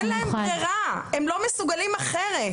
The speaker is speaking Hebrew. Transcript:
אין להם ברירה, הם לא מסוגלים אחרת.